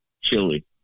Chili